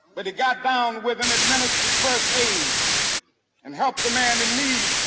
but he got down with him, administered first aid and helped the man in need.